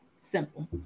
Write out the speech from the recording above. Simple